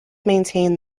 maintained